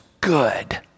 good